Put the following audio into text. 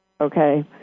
okay